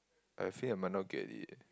I think I might not get it